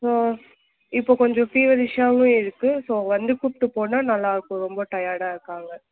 இப்போ கொஞ்சம் ஃபீவர்ரிஸ்ஸாகவும் இருக்கு ஸோ வந்து கூப்பிட்டு போனால் நல்லா இருக்கும் ரொம்ப டயர்டா இருக்காங்க